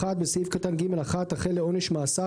(1) בסעיף קטן (ג)(1) אחרי "לעונש מאסר"